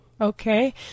Okay